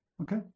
okay